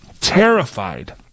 terrified